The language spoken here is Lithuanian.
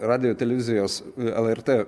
radijo televizijos lrt